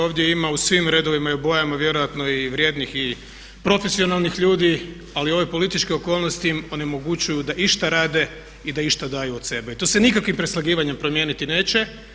Ovdje ima u svim redovima i u bojama vjerojatno i vrijednih i profesionalnih ljudi ali ove političke okolnosti im onemogućuju da išta rade i da išta daju od sebe i to se nikakvim preslagivanjem promijeniti neće.